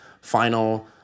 final